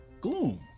gloom